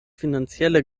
finanzielle